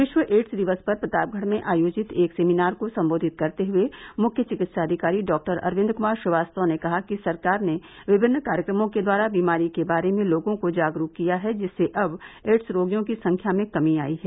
विश्व एड्स दिवस पर प्रतापगढ़ में आयोजित एक सेमिनार को सम्बोधित करते हुए मुख्य चिकित्साधिकारी डॉ अरविंद कुमार श्रीवास्तव ने कहा कि सरकार ने विभिन्न कार्यक्रमों के द्वारा बीमारी के बारे में लोगों को जागरूक किया है जिससे अब एड्स रोगियों की संख्या में कमी आयी है